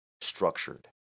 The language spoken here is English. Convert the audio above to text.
structured